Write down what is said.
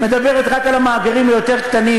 מדברת רק על המאגרים היותר-קטנים,